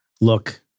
Look